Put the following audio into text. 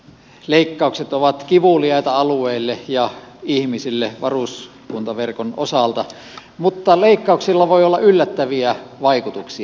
leikkaukset ovat kivuliaita alueille ja ihmisille varuskuntaverkon osalta mutta leikkauksilla voi olla yllättäviä vaikutuksia